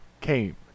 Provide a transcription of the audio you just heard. Came